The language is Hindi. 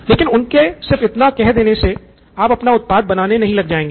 लेकिन उनके सिर्फ इतना कह देने से आप अपना उत्पाद बनाने नहीं लग जाएंगे